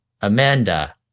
amanda